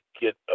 get